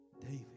David